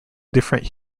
different